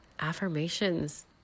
affirmations